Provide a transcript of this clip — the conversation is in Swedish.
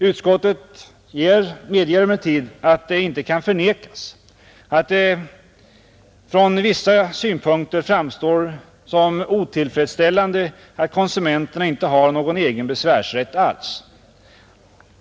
Utskottet medger emellertid att det inte kan förnekas att det ur vissa synpunkter framstår som otillfredsställande att konsumenterna inte har någon egen besvärsrätt alls.